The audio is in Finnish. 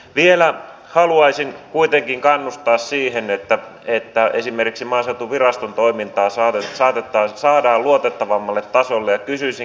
vielä haluaisin kuitenkin kannustaa siihen että esimerkiksi maaseutuviraston toimintaa saadaan luotettavammalle tasolle ja kysyisinkin